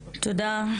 תודה.